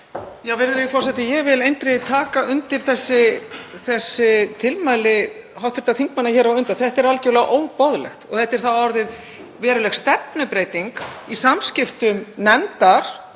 Virðulegur forseti. Ég vil eindregið taka undir þessi tilmæli hv. þingmanna hér á undan. Þetta er algjörlega óboðlegt og þá er orðin veruleg stefnubreyting í samskiptum nefndar,